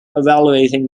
evaluating